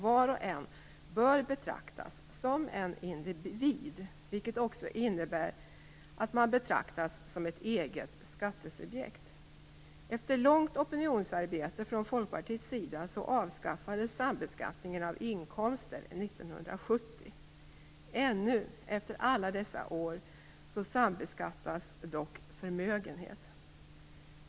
Var och en bör betraktas som en individ, vilket också innebär att man betraktas som ett eget skattesubjekt. Efter långt opinionsarbete från Folkpartiets sida avskaffades sambeskattningen av inkomster 1970. Ännu efter alla dessa år sambeskattas dock förmögenhet.